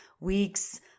weeks